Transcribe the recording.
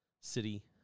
city